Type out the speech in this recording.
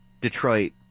detroit